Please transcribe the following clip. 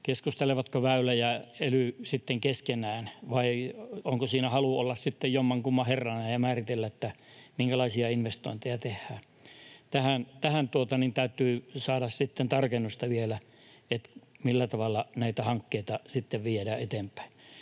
keskustelevatko Väylä ja ely keskenään vai onko siinä halu olla jomman kumman herrana ja määritellä, minkälaisia investointeja tehdään. Tähän täytyy saada vielä tarkennusta, millä tavalla näitä hankkeita viedään eteenpäin.